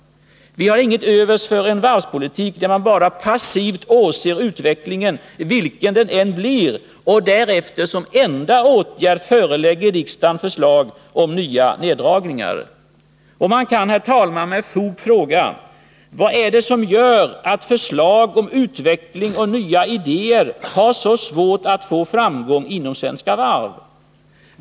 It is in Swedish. Vi har inget till övers för en varvspolitik, där man bara passivt åser utvecklingen, vilken den än blir, och därefter som enda åtgärd förelägger riksdagen förslag om nya neddragningar. Man kan, herr talman, med fog fråga: Vad är det som gör att förslag om utveckling och nya idéer har så svårt att få framgång inom Svenska Varv?